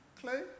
Clue